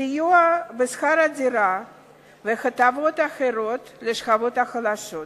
סיוע בשכר דירה והטבות אחרות לשכבות החלשות.